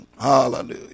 hallelujah